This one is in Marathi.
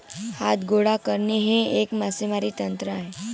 हात गोळा करणे हे एक मासेमारी तंत्र आहे